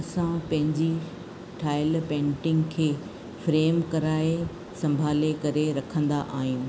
असां पंहिंजी ठहियल पेंटिंग खे फ्रेम कराए संभाले करे रखंदा आहियूं